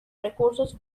recursos